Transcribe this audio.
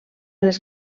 les